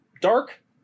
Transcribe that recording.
Dark